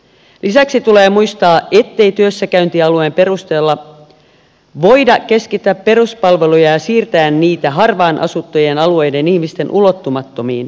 lisäksi tulee muistaa ettei työssäkäyntialueen perusteella voida keskittää peruspalveluja ja siirtää niitä harvaan asuttujen alueiden ihmisten ulottumattomiin